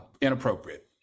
inappropriate